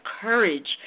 courage